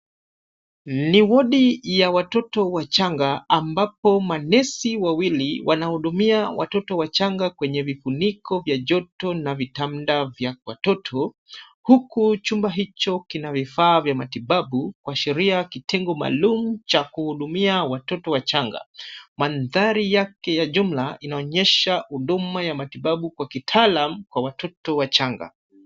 Ni wodi ya watoto wachanga ambapo manesi wawili wanahudumia watoto wachanga kwenye vifuniko vya joto na vitanda vya watoto, huku chumba hicho kina vifaa vya matibabu kuashiria kitengo maalum cha kuhudumia watoto wachanga. Mandhari yake kijumla inaonyesha huduma ya matibabu kwa kitaalam kwa watoto wachanga.